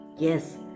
Yes